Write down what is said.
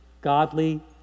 godly